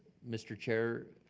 mr. chair,